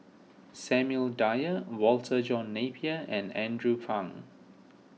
Samuel Dyer Walter John Napier and Andrew Phang